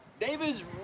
david's